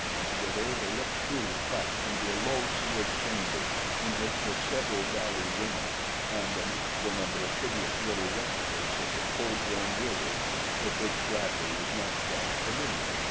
and together they looked through the crack into a low-ceiled chamber in which were several galu women and an equal number of hideous little replicas of the full-grown wieroos with which bradley was not quite familiar.